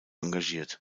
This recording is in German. engagiert